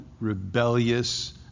rebellious